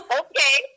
okay